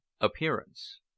Appearance